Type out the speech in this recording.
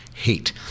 hate